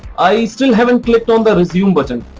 i still haven't clicked on the resume button.